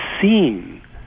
seen